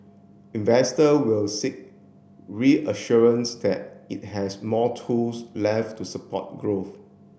investor will seek reassurance that it has more tools left to support growth